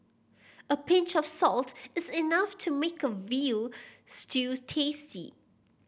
a pinch of salt is enough to make a veal stew tasty